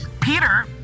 Peter